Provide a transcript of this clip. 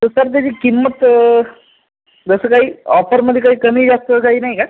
तर सर त्याची किंमत जसं काही ऑफरमधे काही कमी जास्त काही नाही का